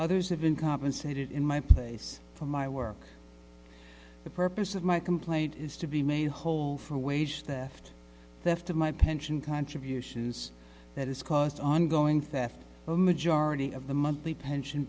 others have been compensated in my place for my work the purpose of my complaint is to be made whole for a wage that left of my pension contributions that is caused ongoing theft of majority of the monthly pension